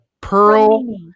Pearl